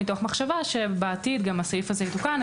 מתוך מחשבה שבעתיד הסעיף הזה יותקן.